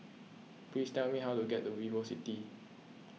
please tell me how to get to VivoCity